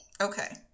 Okay